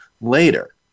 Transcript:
later